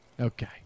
Okay